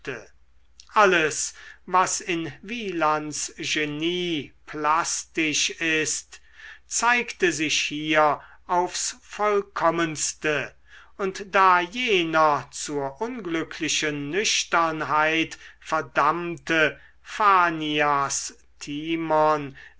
alles was in wielands genie plastisch ist zeigte sich hier aufs vollkommenste und da jener zur unglücklichen nüchternheit verdammte